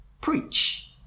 preach